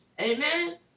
Amen